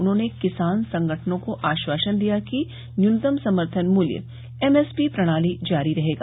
उन्होंने किसान संगठनों को आश्वासन दिया कि न्यूनतम समर्थन मूल्य एमएसपी प्रणाली जारी रहेगा